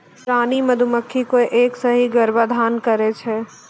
रानी मधुमक्खी कोय एक सें ही गर्भाधान करै छै